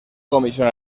comisión